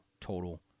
Total